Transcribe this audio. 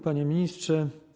Panie Ministrze!